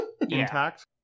intact